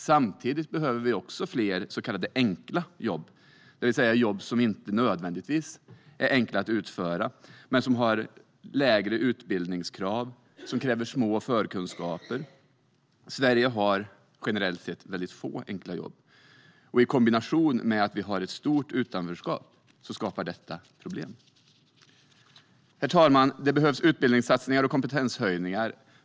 Samtidigt behöver vi fler så kallade enkla jobb, det vill säga jobb som inte nödvändigtvis är enkla att utföra men som har lägre utbildningskrav och kräver små förkunskaper. Sverige har generellt sett väldigt få enkla jobb. I kombination med att vi har ett stort utanförskap skapar detta problem. Herr talman! Det behövs utbildningssatsningar och kompetenshöjningar.